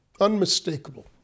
unmistakable